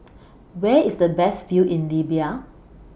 Where IS The Best View in Libya